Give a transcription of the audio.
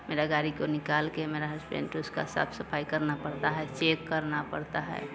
मेरा गाड़ी को निकाल कर मेरा हस्बैंड उसका साफ सफाई करना पड़ता है चेक करना पड़ता है